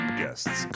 guests